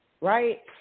right